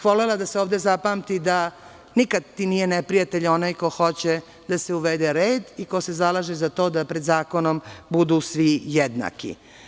Volela bih da se ovde zapamti da ti nikada nije neprijatelj onaj ko hoće da se uvede redi ko se zalaže za to da pred zakonom budu svi jednaki.